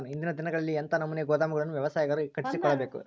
ಇಂದಿನ ದಿನಗಳಲ್ಲಿ ಎಂಥ ನಮೂನೆ ಗೋದಾಮುಗಳನ್ನು ವ್ಯವಸಾಯಗಾರರು ಕಟ್ಟಿಸಿಕೊಳ್ಳಬೇಕು?